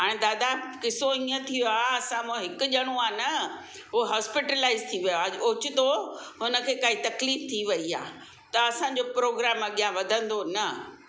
हाणे दादा किसो ईअं थी वियो आहे असां मां हिकु ॼणो आहे न हूअ हॉस्पिटलाइज़ थी वियो आहे ओचितो उनखे काई तकलीफ़ थी वई आहे त असांजो प्रोग्राम अॻियां वधंदो न